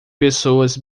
pessoas